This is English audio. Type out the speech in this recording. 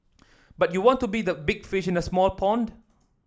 but you want to be the big fish in a small pond